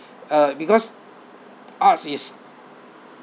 uh because arts is